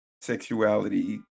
sexuality